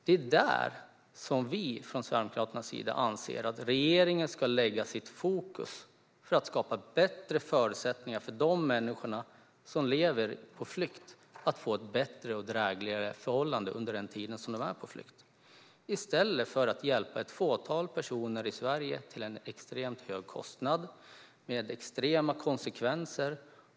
Det är där vi från Sverigedemokraternas sida anser att regeringen ska lägga sitt fokus för att skapa bättre förutsättningar för de människor som lever på flykt så att de får bättre och drägligare förhållanden under den tid de är på flykt. Det vill vi att regeringen ska göra i stället för att hjälpa ett fåtal personer i Sverige till en extremt hög kostnad med extrema konsekvenser.